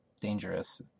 dangerous